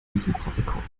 besucherrekord